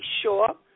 sure